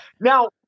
Now